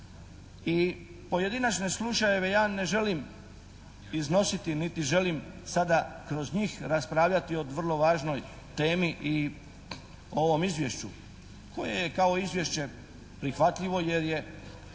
i pojedinačne slučajeve ja ne želim iznositi niti želim sada kroz njih raspravljati o vrlo važnoj temi i ovom izvješću koje je kao izvješće prihvatljivo jer je